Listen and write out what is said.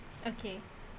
okay